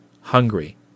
hungry